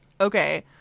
okay